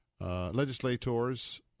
legislators